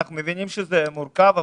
אנחנו מבינים שזה מורכב,